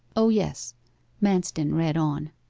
o yes manston read on